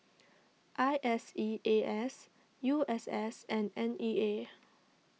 I S E A S U S S and N E A